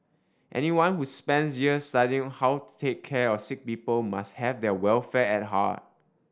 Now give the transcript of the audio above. anyone who spends years studying how to take care of sick people must have their welfare at heart